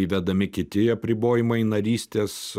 įvedami kiti apribojimai narystės